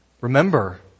Remember